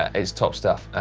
ah it's top stuff.